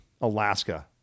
Alaska